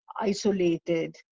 isolated